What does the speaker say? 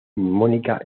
mónica